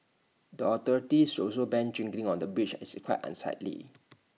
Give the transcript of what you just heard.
the authorities should also ban drinking on the bridge as it's quite unsightly